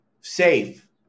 safe